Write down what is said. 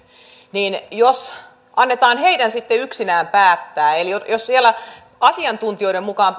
niin jos annetaan heidän sitten yksinään päättää eli jos siellä pelkästään asiantuntijoiden mukaan